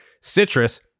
citrus